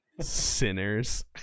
Sinners